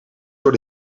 door